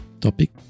topic